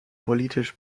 politisch